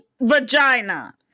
vagina